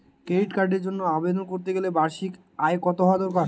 Credit কার্ডের জন্য আবেদন করতে গেলে বার্ষিক আয় কত হওয়া দরকার?